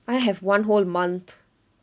I have one whole month